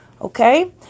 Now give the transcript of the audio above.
Okay